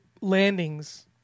landings